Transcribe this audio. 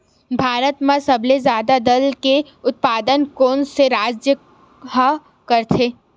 भारत मा सबले जादा दाल के उत्पादन कोन से राज्य हा करथे?